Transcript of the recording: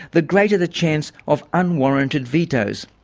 the greater the chance of unwarranted vetos.